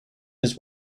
his